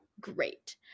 great